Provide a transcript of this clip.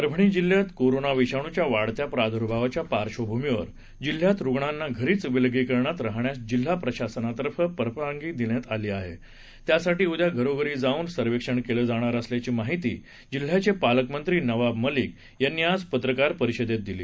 परभणी जिल्ह्यात कोरोना विषाणूच्या वाढत्या प्रार्द्भावाच्या पार्श्वभूमीवर जिल्ह्यात रुग्णांना घरीच विलगीकरणात राहण्यास जिल्हा प्रशासनातर्फे परवानगी दिली जाणार असून त्यासाठी उद्या घरोघरी जाऊन सर्वेक्षण केलं जाणार असल्याची माहिती जिल्ह्याचे पालकमंत्री नवाब मलिक यांनी आज पत्रकार परिषदेत दिली